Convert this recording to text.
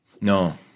No